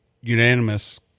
unanimous